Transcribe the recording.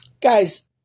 Guys